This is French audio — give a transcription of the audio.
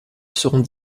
seront